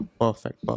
Perfect